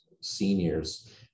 seniors